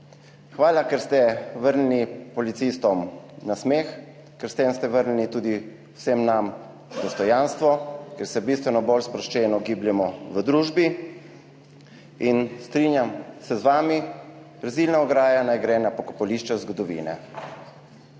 Hvala, ker ste vrnili policistom nasmeh, ker s tem ste vrnili tudi vsem nam dostojanstvo, ker se bistveno bolj sproščeno gibljemo v družbi. Strinjam se z vami, rezilna ograja naj gre na pokopališča zgodovine.